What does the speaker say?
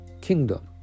kingdom